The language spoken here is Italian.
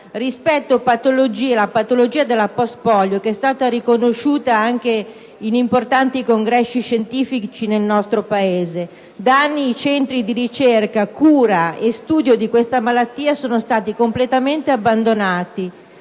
rispetto alle patologie della post-polio, riconosciute anche in importanti congressi scientifici nel nostro Paese. Da anni i centri di ricerca, cura e studio di questa malattia sono stati completamente abbandonati.